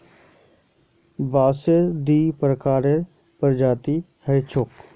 बांसेर दी प्रकारेर प्रजातियां ह छेक